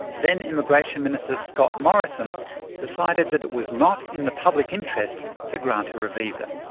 then immigration minister scott morrison decided that it was not in the public interest to grant her a visa.